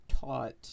taught